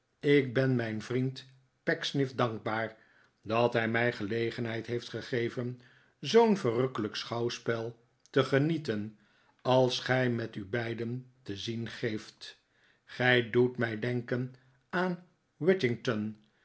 ik ben mijn vriend pecksniff dankbaar dat hij mij gelegenheid heeft gegeven zoo'n verrukkelijk schouwspel te genieten als gij met u beiden te zien geeft gij doet mij denken aan